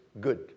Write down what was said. good